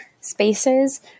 spaces